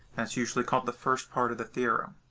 that's usually called the first part of the theorem.